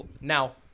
Now